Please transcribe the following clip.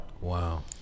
Wow